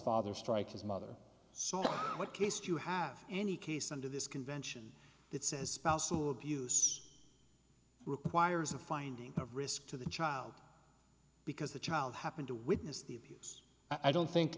father strike his mother so what case do you have any case under this convention that says spousal abuse requires a finding of risk to the child because the child happened to witness the abuse i don't think